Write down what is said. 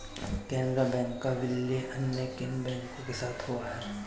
Canara bank का विलय अन्य किन बैंक के साथ हुआ है?